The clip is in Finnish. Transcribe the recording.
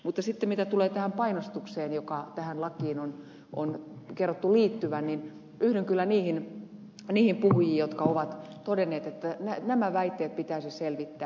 mutta sitten mitä tulee tähän painostukseen joka tähän lakiin on kerrottu liittyvän niin yhdyn kyllä niihin puhujiin jotka ovat todenneet että nämä väitteet pitäisi selvittää